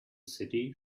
city